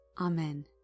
Amen